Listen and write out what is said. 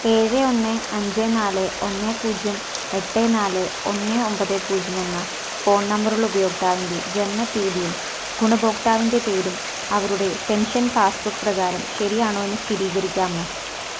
ഏഴ് ഒന്ന് അഞ്ച് നാല് ഒന്ന് പൂജ്യം എട്ട് നാല് ഒന്ന് ഒമ്പത് പൂജ്യം എന്ന ഫോൺ നമ്പറുള്ള ഉപയോക്താവിന്റെ ജനന തിയതിയും ഗുണഭോക്താവിന്റെ പേരും അവരുടെ പെൻഷൻ പാസ്ബുക് പ്രകാരം ശരിയാണൊ എന്ന് സ്ഥിരീകരിക്കാമൊ